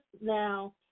now